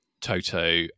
Toto